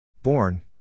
Born